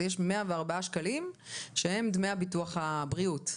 זאת אומרת 104 שקלים הם דמי ביטוח הבריאות.